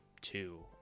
two